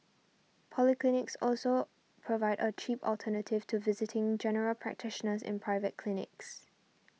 polyclinics also provide a cheap alternative to visiting General Practitioners in private clinics